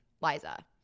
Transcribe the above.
Liza